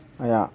ᱟᱭᱟᱜ